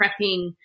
prepping